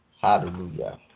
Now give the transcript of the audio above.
Hallelujah